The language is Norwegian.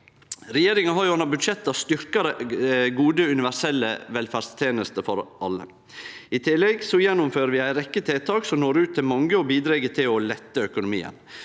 Regjeringa har gjennom budsjetta styrkt dei gode, universelle velferdstenestene for alle. I tillegg gjennomfører vi ei rekkje tiltak som når ut til mange og bidreg til å lette økonomien.